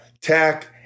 tech